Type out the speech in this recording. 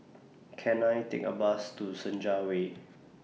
Can I Take A Bus to Senja Way